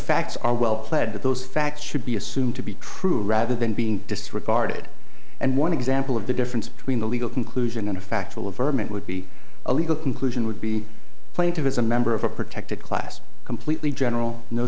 facts are well pled that those facts should be assumed to be true rather than being disregarded and one example of the difference between the legal conclusion and a factual ferment would be a legal conclusion would be plaintiff is a member of a protected class completely general no